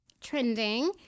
trending